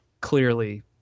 clearly